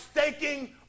staking